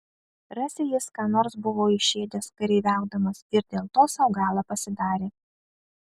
rasi jis ką nors buvo išėdęs kareiviaudamas ir dėl to sau galą pasidarė